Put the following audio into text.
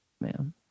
man